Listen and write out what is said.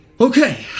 okay